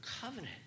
covenant